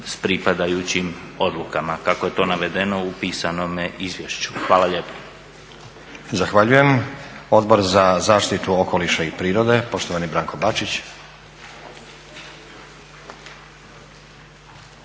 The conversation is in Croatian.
s pripadajućim odlukama kako je to navedeno u pisanome izvješću. Hvala lijepo. **Stazić, Nenad (SDP)** Zahvaljujem. Odbor za zaštitu okoliša i prirode poštovani Branko Bačić.